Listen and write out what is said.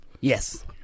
Yes